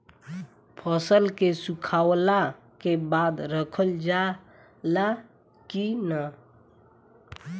फसल के सुखावला के बाद रखल जाला कि न?